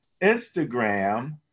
Instagram